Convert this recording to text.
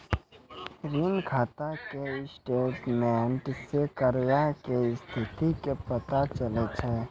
ऋण खाता के स्टेटमेंटो से कर्जा के स्थिति के पता चलै छै